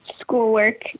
schoolwork